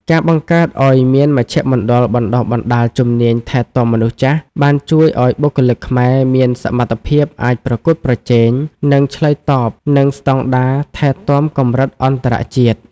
ការបង្កើតឱ្យមានមជ្ឈមណ្ឌលបណ្តុះបណ្តាលជំនាញថែទាំមនុស្សចាស់ បានជួយឱ្យបុគ្គលិកខ្មែរមានសមត្ថភាពអាចប្រកួតប្រជែង និងឆ្លើយតបនឹងស្តង់ដារថែទាំកម្រិតអន្តរជាតិ។